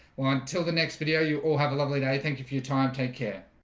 well until the next video you all have a lovely day. i think if you're tired. take care